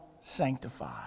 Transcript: sanctified